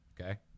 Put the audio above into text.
Okay